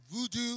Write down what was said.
voodoo